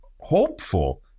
hopeful